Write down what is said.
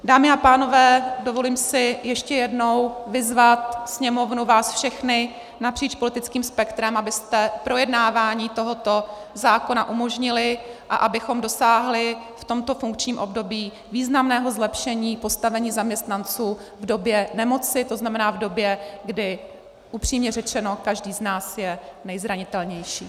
Dámy a pánové, dovolím si ještě jednou vyzvat Sněmovnu, vás všechny napříč politickým spektrem, abyste projednávání tohoto zákona umožnili a abychom dosáhli v tomto funkčním období významného zlepšení postavení zaměstnanců v době nemoci, to znamená v době, kdy upřímně řečeno každý z nás je nejzranitelnější.